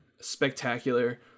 spectacular